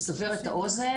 לסבר את האוזן,